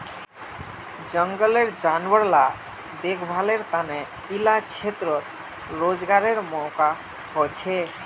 जनगलेर जानवर ला देख्भालेर तने इला क्षेत्रोत रोज्गारेर मौक़ा होछे